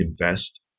invest